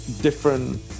different